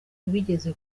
wigeze